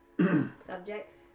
Subjects